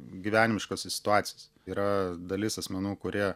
gyvenimiškas situacijas yra dalis asmenų kurie